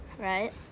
Right